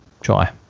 try